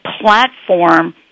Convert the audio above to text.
platform